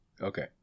okay